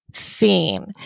Theme